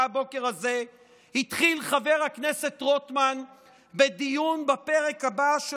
הבוקר הזה התחיל חבר הכנסת רוטמן בדיון בפרק הבא של